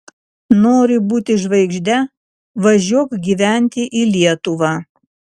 nori būti žvaigžde važiuok gyventi į lietuvą